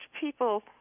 people